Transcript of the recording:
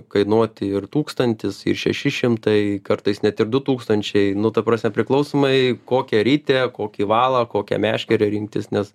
kainuot ir tūkstantis ir šeši šimtai kartais net ir du tūkstančiai nu ta prasme priklausomai kokią ritę kokį valą kokią meškerę rinktis nes